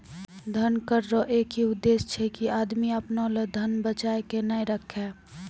धन कर रो एक ही उद्देस छै की आदमी अपना लो धन बचाय के नै राखै